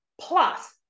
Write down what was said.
plus